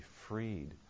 freed